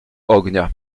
ognia